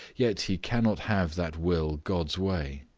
yet he cannot have that will god's way.